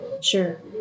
Sure